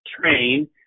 train